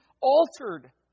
altered